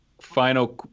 final